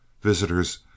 Visitors